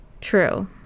True